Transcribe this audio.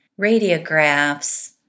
radiographs